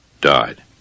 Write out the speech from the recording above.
died